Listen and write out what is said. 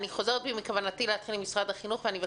אני חוזרת בי מכוונתי להתחיל עם משרד החינוך